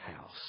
house